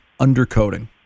undercoating